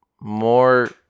more